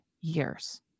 years